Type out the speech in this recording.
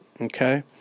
okay